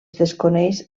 desconeix